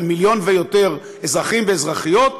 של מיליון ויותר אזרחים ואזרחיות,